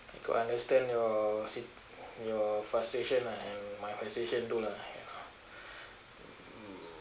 I could understand your sit~ your frustration lah and my frustration too lah you know mm